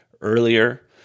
earlier